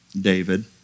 David